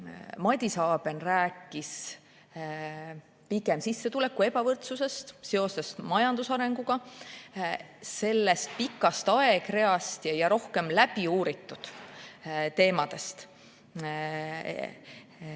Madis Aben rääkis pigem sissetulekute ebavõrdsusest seoses majanduse arenguga, sellest pikast aegreast ja rohkem läbiuuritud teemadest.